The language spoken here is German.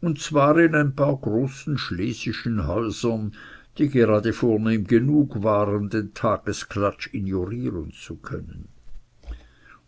und zwar in ein paar großen schlesischen häusern die gerade vornehm genug waren den tagesklatsch ignorieren zu können